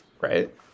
Right